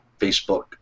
Facebook